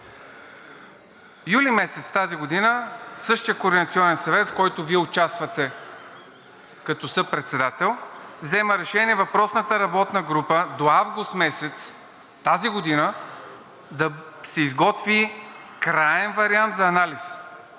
Юли месец тази година същият координационен съвет, в който Вие участвате като съпредседател, взема решение въпросната работна група до август месец тази година да изготви краен вариант за анализ.